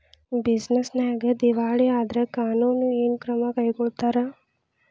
Business ನ್ಯಾಗ ದಿವಾಳಿ ಆದ್ರ ಕಾನೂನು ಏನ ಕ್ರಮಾ ಕೈಗೊಳ್ತಾರ?